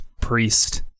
priest